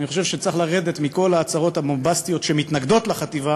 אני חושב שצריך לרדת מכל ההצהרות הבומבסטיות שמתנגדות לחטיבה